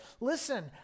Listen